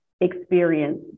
experience